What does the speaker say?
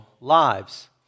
lives